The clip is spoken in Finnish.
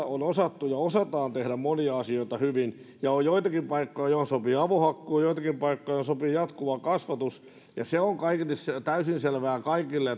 on osattu ja osataan tehdä monia asioita hyvin on joitakin paikkoja joihin sopii avohakkuu ja joitakin paikkoja joihin sopii jatkuva kasvatus se on kaiketi täysin selvää kaikille